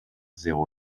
zéro